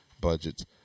budgets